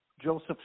Joseph